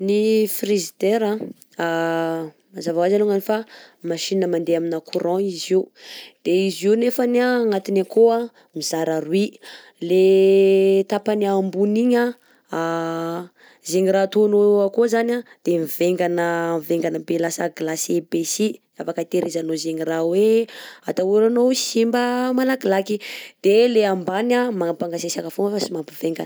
Ny frigidaire an mazava hoa azy alongany fa machine mandeha amina courant izy io, de izy io nefany agnatiny akao a mizara roy: le tapany ambony igny a zegny raha ataonao akao zany a de mivengana mivengana be lasa glacé be sy afaka tehirizanao zegny raha hoe atahoranao ho simba malakilaky, de le ambany a mampangatsiatsiaka fogna fa tsy mampivengana.